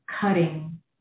cutting